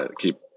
keep